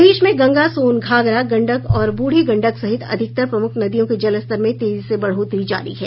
प्रदेश में गंगा सोन घाघरा गंडक और ब्रढ़ी गंडक सहित अधिकतर प्रमूख नदियों के जलस्तर में तेजी से बढ़ोतरी जारी है